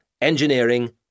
engineering